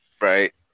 Right